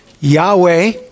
Yahweh